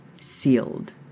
Sealed